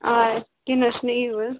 آ کیٚنٛہہ نَہ حظ چھُنہٕ یِیو حظ